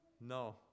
No